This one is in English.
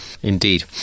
Indeed